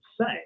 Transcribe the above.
say